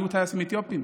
היו טייסים אתיופים.